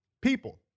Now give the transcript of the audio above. people